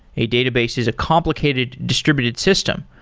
a database is a complicated distributed system,